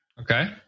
Okay